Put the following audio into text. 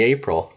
April